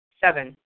Seven